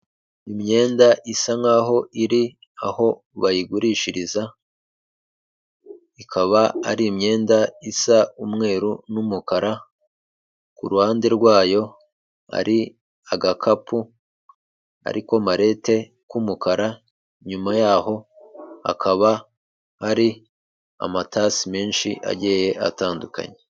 Imyenda isa nkaho iri aho bayigurishiriza ikaba ari imyenda isa umweru n'umukara ku ruhande rwayo hari agakapu ariko marete k'umukara nyuma yaho hakaba hari amatasi menshi agiye atandukanye.